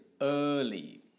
early